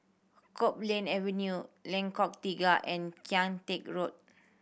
Copeland Avenue Lengkok Tiga and Kian Teck Road